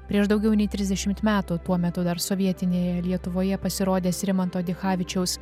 prieš daugiau nei trisdešimt metų tuo metu dar sovietinėje lietuvoje pasirodęs rimanto dichavičiaus